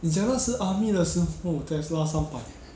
你讲那时 army 的时候 tesla 三百